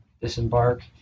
disembark